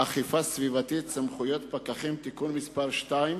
(אכיפה סביבתית, סמכויות פקחים) (תיקון מס' 2),